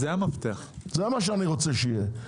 זה מה שאני רוצה שיהיה.